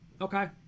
Okay